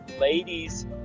ladies